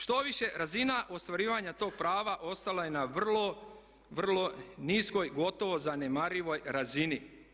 Štoviše razina ostvarivanja tog prava ostala je na vrlo, vrlo niskoj, gotovo zanemarivoj razini.